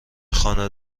خانه